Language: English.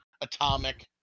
Atomic